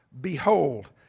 Behold